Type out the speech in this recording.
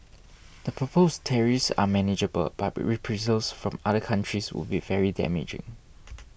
the proposed tariffs are manageable but reprisals from other countries would be very damaging